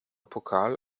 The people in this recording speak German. pokal